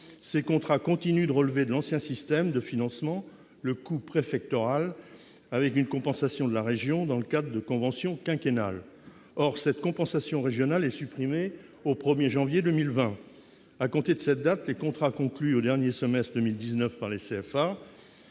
Ces contrats continuent de relever de l'ancien système de financement, appelé « coût préfectoral », avec une compensation de la région dans le cadre de conventions quinquennales. Or cette compensation régionale sera supprimée au 1janvier 2020. À compter de cette date, les contrats conclus au dernier semestre 2019 par les CFA